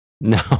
no